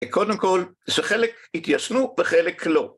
קודם כל זה חלק התיישנו וחלק לא.